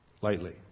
lightly